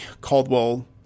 Caldwell